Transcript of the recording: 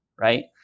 right